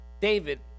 David